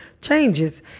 changes